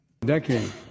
decade